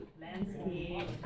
landscape